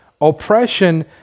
Oppression